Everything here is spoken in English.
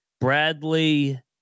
Bradley